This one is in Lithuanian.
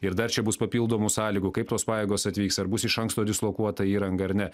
ir dar čia bus papildomų sąlygų kaip tos pajėgos atvyks ar bus iš anksto dislokuota įranga ar ne